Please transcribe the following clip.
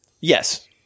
Yes